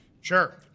sure